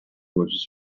was